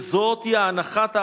וזאת הנחת העבודה.